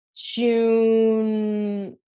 June